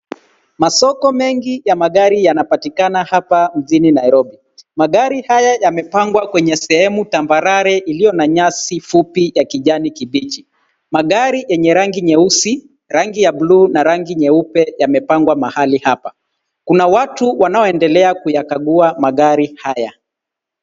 Masoko mengi ya magari yanapatikana hapa mjini Nairobi. Magari haya yamepangwa kwenye sehemu tambarare iliyo na nyasi fupi ya kijani kibichi .Magari yenye rangi nyeusi, yangi ya bluu na rangi nyeupe yamepangwa mahali hapa kuna watu wanaoendelea kuyakagua magari haya.